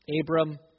Abram